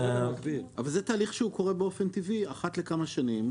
אבל זה תהליך שקורה באופן טבעי אחת לכמה שנים,